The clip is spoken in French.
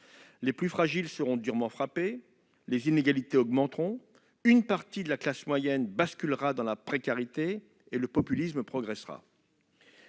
Les plus fragiles seront durement frappés, les inégalités augmenteront, une partie de la classe moyenne basculera dans la précarité et le populisme progressera.